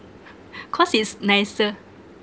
cause it's nicer